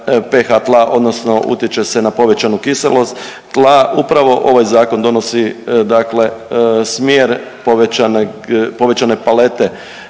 PH tla odnosno utječe se na povećanu kiselost tla. Upravo ovaj zakon donosi smjer povećane palete